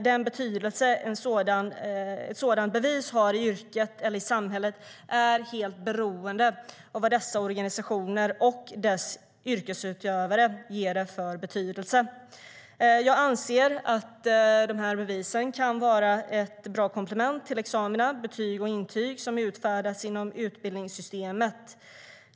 Den betydelse ett sådant bevis har i yrket eller i samhället är helt beroende av vad dessa organisationer och yrkesutövarna ger det för betydelse. Jag anser att de här bevisen kan vara ett bra komplement till examina, betyg och intyg som utfärdas inom utbildningssystemet.